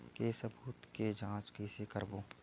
के सबूत के जांच कइसे करबो?